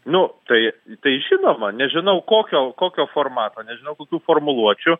nu tai tai žinoma nežinau kokio kokio formato nežinau kokių formuluočių